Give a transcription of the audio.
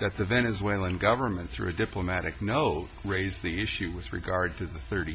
that the venezuelan government through diplomatic no raise the issue with regard to the thirty